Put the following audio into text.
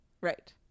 right